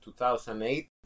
2008